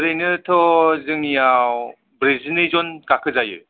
एरैनोथ' जोंनियाव ब्रैजिनै जन गाखोजायो